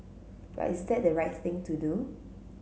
but is that the right thing to do